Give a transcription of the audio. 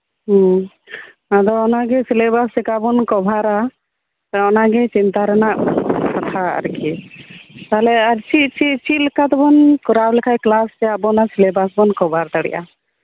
ᱦᱮᱸ ᱟᱫᱚ ᱚᱱᱟᱜᱮ ᱥᱤᱞᱮᱵᱟᱥ ᱪᱮᱠᱟ ᱵᱚᱱ ᱠᱚᱵᱷᱟᱨᱼᱟ ᱚᱱᱟᱜᱮ ᱪᱤᱱᱛᱟ ᱨᱮᱱᱟᱜ ᱠᱟᱛᱷᱟ ᱟᱨᱠᱤ ᱛᱟᱦᱞᱮ ᱟᱨ ᱪᱮᱫ ᱪᱮᱫ ᱪᱮᱫᱞᱮᱠᱟ ᱛᱮᱵᱚᱱ ᱠᱚᱨᱟᱣ ᱞᱮᱠᱷᱟᱱ ᱠᱮᱞᱟᱥ ᱟᱵᱚ ᱚᱱᱟ ᱥᱤᱞᱮᱵᱟᱥ ᱵᱚᱱ ᱠᱚᱵᱷᱟᱨ ᱫᱟᱲᱮᱭᱟᱜᱼᱟ